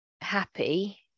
happy